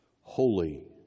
holy